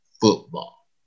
football